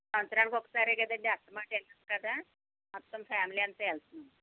సంవత్సరానికి ఒకసారే కదండి ఆస్తమానం వెళ్ళము కదా మొత్తం ఫ్యామిలీ అంతా వెళ్తున్నాము